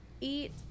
eat